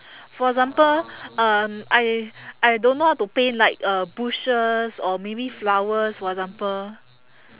for example um I I don't know how to paint like uh bushes or maybe flowers for example